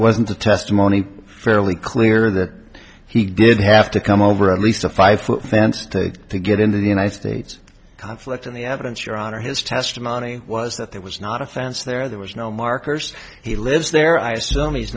wasn't a testimony fairly clear that he did have to come over at least a five foot fence to get in the united states conflict in the evidence your honor his testimony was that there was not a sense there there was no markers he lives there i assume he's